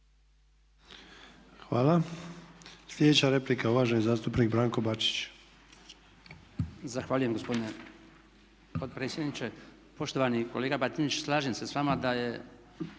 Hvala. Sljedeća replika, uvaženi zastupnik Branko Bačić.